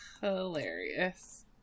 hilarious